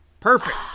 Perfect